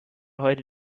heute